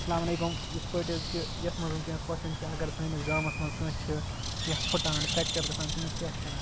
اسَلامُ علیکُم یِتھ پٲٹھۍ حظ کہِ یَتھ منٛز وٕنۍکٮ۪نس کوسچَن چھِ اَگر سٲنِس گامَس منٛز کٲنٛسہِ چھِ کیٚنٛہہ پھٕٹان فریٚکچَر گژھان تٔمِس کیٛاہ چھِ کَران